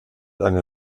einer